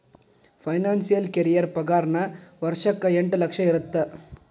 financial career ಪಾಗಾರನ ವರ್ಷಕ್ಕ ಎಂಟ್ ಲಕ್ಷ ಇರತ್ತ